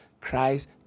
Christ